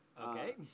Okay